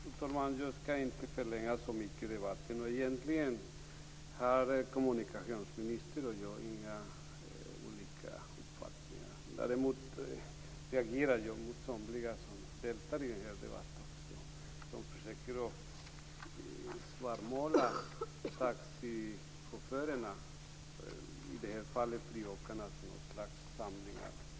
Fru talman! Jag skall inte förlänga debatten så mycket. Egentligen har kommunikationsministern och jag inte olika uppfattningar. Däremot reagerar jag mot somliga som deltar i debatten och som försöker svartmåla taxichaufförerna, i det här fallet friåkarna, som en samling skurkar.